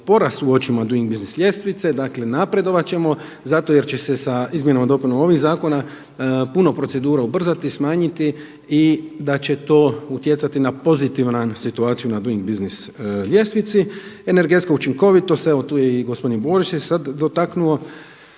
porast u očima Doing Business ljestvice, dakle napredovat ćemo zato jer će sa izmjenama i dopunama ovih zakona puno procedura ubrzati, smanjiti i da će to utjecati na pozitivnu situaciju na Doing Business ljestvici. Energetska učinkovitost. Evo tu je i gospodin Borić se sad dotaknuo.